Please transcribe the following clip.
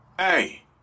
Hey